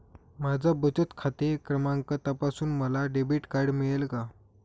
माझा बचत खाते क्रमांक तपासून मला डेबिट कार्ड मिळेल का?